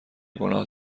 گناه